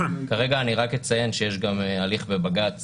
כרגע אני רק אציין שיש גם הליך בבג"ץ